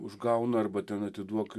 užgauna arba ten atiduok